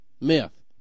Myth